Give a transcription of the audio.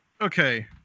okay